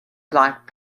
black